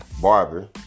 barber